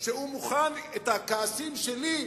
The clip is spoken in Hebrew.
שהוא מוכן את הכעסים שלי,